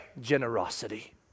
generosity